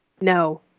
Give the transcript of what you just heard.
No